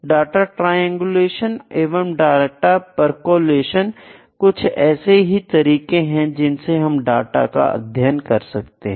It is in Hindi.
डाटा ट्रायंगुलेशन एवं डाटा परकोलेशन कुछ ऐसे ही तरीके हैं जिनसे हम डाटा का अध्ययन कर सकते हैं